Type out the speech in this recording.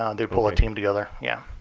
um they pull a team together. yeah